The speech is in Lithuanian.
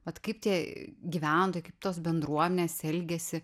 vat kaip tie gyventojai kaip tos bendruomenės elgiasi